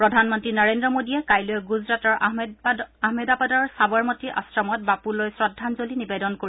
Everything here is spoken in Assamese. প্ৰধানমন্ত্ৰী নৰেন্দ্ৰ মোডীয়ে কাইলৈ গুজৰাটৰ আহমেদাবাদৰ সাৱৰমতী আশ্ৰমত বাপূলৈ শ্ৰদ্ধাঞ্জলি নিবেদন কৰিব